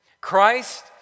Christ